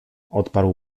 odparł